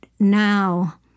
now